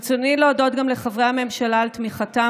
ברצוני להודות גם לחברי הממשלה על תמיכתם